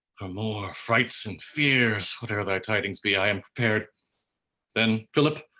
more frights and fears, whate'er thy tidings be, i am prepared then philip,